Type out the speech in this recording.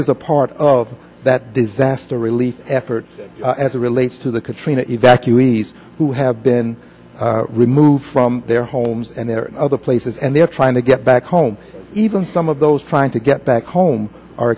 is a part of that disaster relief effort as it relates to the katrina evacuees who have been removed from their homes and their other places and they're trying to get back home even some of those trying to get back home are